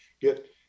Get